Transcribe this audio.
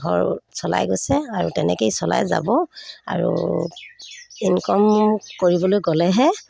ঘৰ চলাই গৈছে আৰু তেনেকৈয়ে চলাই যাব আৰু ইনকম কৰিবলৈ গ'লেহে